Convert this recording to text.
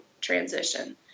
transition